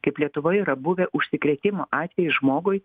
kaip lietuvoj yra buvę užsikrėtimo atvejai žmogui